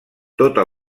tota